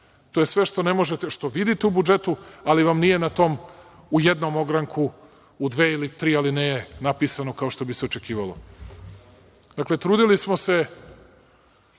To je sve ispod crte. To je sve što vidite u budžetu, ali vam nije u tom jednom ogranku, u dve ili tri alineje napisano, kao što bi se očekivalo. Dakle, trudili smo se